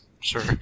Sure